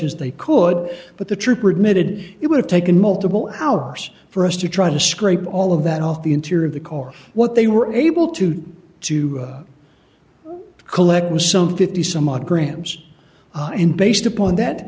as they could but the trooper admitted it would have taken multiple hours for us to try to scrape all of that off the interior of the car what they were able to do to collect was some fifty some odd grams and based upon that